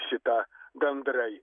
šita gandrai